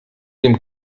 dem